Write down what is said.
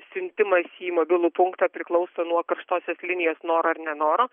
siuntimas į mobilų punktą priklauso nuo karštosios linijos noro ar nenoro